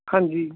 ਹਾਂਜੀ